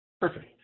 Perfect